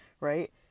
right